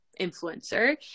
influencer